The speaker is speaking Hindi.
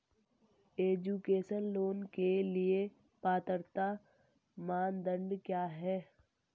एजुकेशन लोंन के लिए पात्रता मानदंड क्या है?